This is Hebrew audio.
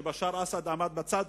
שבשאר אסד עמד בצד,